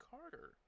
carter